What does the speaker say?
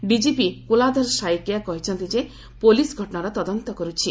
DGP Kuladhar Saikia କହିଛନ୍ତି ଯେ police ଘଟଣାର ତଦନ୍ତ କରୁଛି